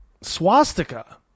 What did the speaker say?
swastika